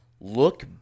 look